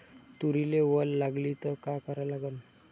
तुरीले वल लागली त का करा लागन?